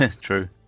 True